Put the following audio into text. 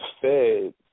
fed